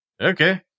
Okay